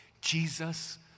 Jesus